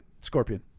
Scorpion